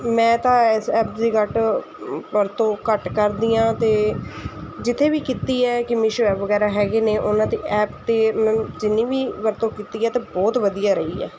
ਮੈਂ ਤਾਂ ਇਸ ਐਪ ਦੀ ਘੱਟ ਵਰਤੋਂ ਘੱਟ ਕਰਦੀ ਹਾਂ ਅਤੇ ਜਿੱਥੇ ਵੀ ਕੀਤੀ ਹੈ ਕਿ ਮੀਸ਼ੋ ਐਪ ਵਗੈਰਾ ਹੈਗੇ ਨੇ ਉਹਨਾਂ ਦੀ ਐਪ 'ਤੇ ਮੈਂ ਜਿੰਨੀ ਵੀ ਵਰਤੋਂ ਕੀਤੀ ਹੈ ਅਤੇ ਬਹੁਤ ਵਧੀਆ ਰਹੀ ਹੈ